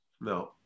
No